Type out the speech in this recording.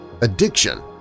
addiction